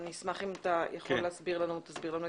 ואני אשמח אם אתה יכול להסביר לנו את השינויים.